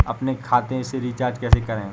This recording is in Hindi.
अपने खाते से रिचार्ज कैसे करें?